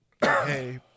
hey